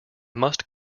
must